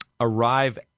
arrive